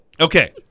Okay